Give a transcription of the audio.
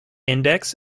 index